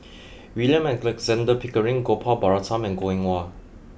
William Alexander Pickering Gopal Baratham and Goh Eng Wah